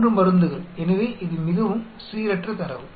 3 மருந்துகள் எனவே இது மிகவும் சீரற்ற தரவு